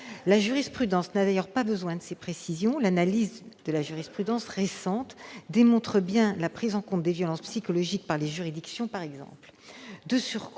La jurisprudence n'a d'ailleurs pas besoin de ces précisions : l'analyse de la jurisprudence récente démontre bien la prise en compte des violences psychologiques par les juridictions. De